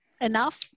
enough